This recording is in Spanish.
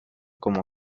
como